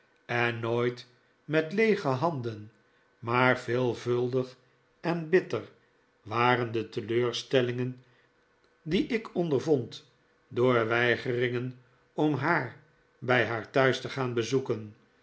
en nooit met leege handen maar veelvuldig en bitter waren de teleurstellingen die ik ondervond door weigeringen om haar bij haar thuis te gaan bezoeken